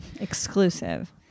exclusive